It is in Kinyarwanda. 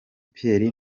pierre